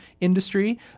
industry